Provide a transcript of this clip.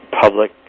public